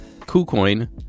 KuCoin